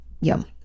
yum